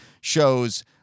shows